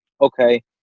okay